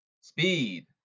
Speed